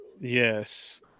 Yes